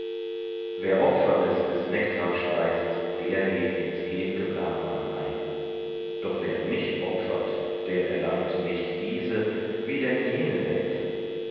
wer opferrestes nektar speist der geht in's ew'ge brahman ein doch wer nicht opfert der erlangt nicht diese wie denn jene welt